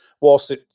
whilst